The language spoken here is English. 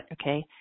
okay